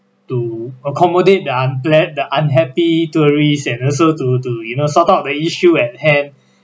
to accommodate the unpla~ the unhappy tourists and also to to you know sort out the issue at hand